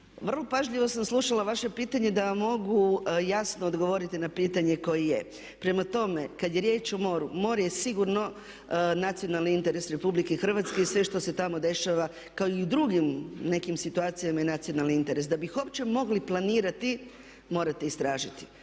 Vrlo pažljivo sam slušala vaše pitanje da vam mogu jasno odgovoriti na pitanje koje je. Prema tome, kad je riječ o moru, more je sigurno nacionalni interes RH i sve što se tamo dešava kao i u drugim nekim situacijama je nacionalni interes. Da bi uopće mogli planirati, morate istražiti.